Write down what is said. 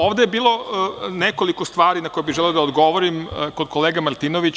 Ovde je bilo nekoliko stvari na koje bi želeo da odgovorim kod kolege Martinovića.